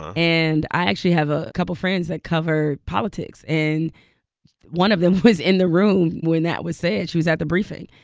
and i actually have a couple friends that cover politics, and one of them was in the room when that was said. she was at the briefing,